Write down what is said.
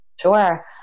Sure